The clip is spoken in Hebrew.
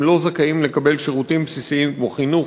הם לא זכאים לקבל שירותים בסיסיים כמו חינוך,